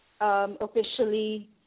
officially